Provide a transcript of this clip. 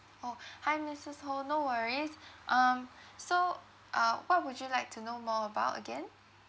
orh hi missus ho no worries um so uh what would you like to know more about again